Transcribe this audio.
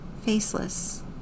faceless